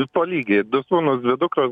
tolygiai du sūnūs dvi dukros